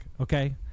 okay